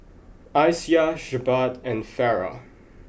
Aisyah Jebat and Farah